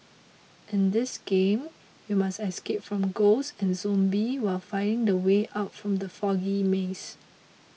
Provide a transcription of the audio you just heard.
in this game you must escape from ghosts and zombies while finding the way out from the foggy maze